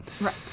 Right